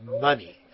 money